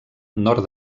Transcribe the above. nord